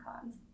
cons